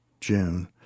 June